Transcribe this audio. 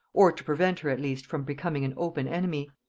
or to prevent her at least from becoming an open enemy.